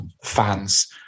fans